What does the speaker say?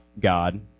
God